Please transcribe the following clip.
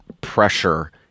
pressure